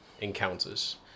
encounters